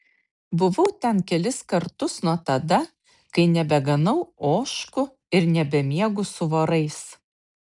buvau ten kelis kartus nuo tada kai nebeganau ožkų ir nebemiegu su vorais